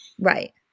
Right